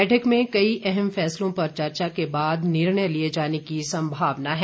बैठक में कई अहम फैसलों पर चर्चा के बाद निर्णय लिए जाने की संभावना है